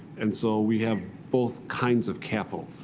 and so we have both kinds of capital.